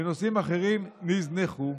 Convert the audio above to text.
ונושאים אחרים נזנחו.